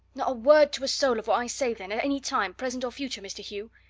not a word to a soul of what i say, then, at any time, present or future, mr. hugh?